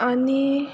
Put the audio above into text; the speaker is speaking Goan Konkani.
आनी